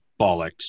bollocks